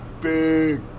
big